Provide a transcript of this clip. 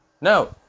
No